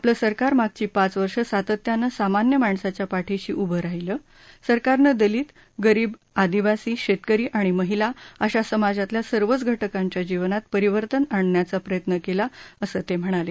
आपलं सरकार मागची पाच वर्ष सातत्यानं सामान्य माणसाच्या पाठीशी उभं राहीलं सरकारनं दलित गरीब आदिवासी शेतकरी महिला अशा समाजातल्या सर्वच घटकांच्या जीवनात परिवर्तन आणण्याचा प्रयत्न केला असं ते म्हणाले